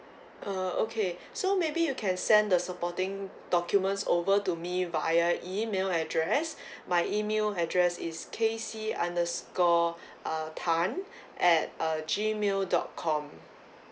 uh okay so maybe you can send the supporting documents over to me via email address my email address is casey underscore uh tan at uh gmail dot com